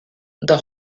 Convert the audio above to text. the